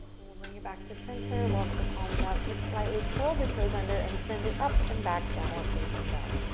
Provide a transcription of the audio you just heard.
and we'll bring it back to center. walk the palms out just slightly. curl the toes under and send it up and back downward facing dog.